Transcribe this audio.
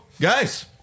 guys